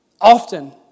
Often